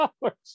dollars